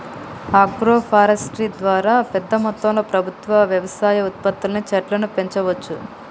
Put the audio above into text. agro forestry ద్వారా పెద్ద మొత్తంలో ప్రభుత్వం వ్యవసాయ ఉత్పత్తుల్ని చెట్లను పెంచవచ్చు